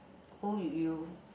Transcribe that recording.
who would you